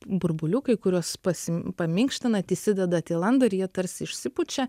burbuliukai kuriuos pasim paminkštinat įsidedat į landą ir jie tarsi išsipučia